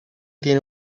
tiene